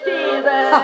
Jesus